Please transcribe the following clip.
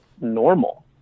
normal